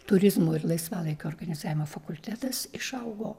turizmo ir laisvalaikio organizavimo fakultetas išaugo